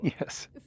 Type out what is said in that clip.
Yes